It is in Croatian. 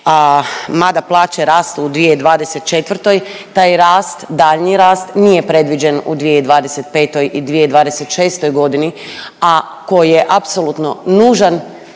mada plaće rastu u 2024. taj rast, daljnji rast nije predviđen u 2025. i 2026. godini, a koji je apsolutno nužan